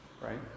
right